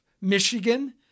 Michigan